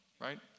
right